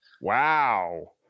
wow